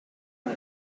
and